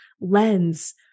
lens